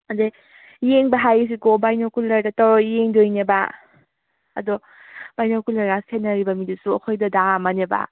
ꯑꯗꯨꯗꯩ ꯌꯦꯡꯕ ꯍꯥꯏꯔꯤꯁꯤꯀꯣ ꯕꯥꯏꯅꯣꯀꯨꯂ꯭ꯔꯗ ꯇꯧꯔꯒ ꯌꯦꯡꯗꯣꯏꯅꯦꯕ ꯑꯗꯣ ꯕꯥꯏꯅꯣꯀꯨꯂ꯭ꯔꯒ ꯁꯦꯟꯅꯔꯤꯕ ꯃꯤꯗꯨꯁꯨ ꯑꯩꯈꯣꯏ ꯗꯗꯥ ꯑꯃꯅꯦꯕ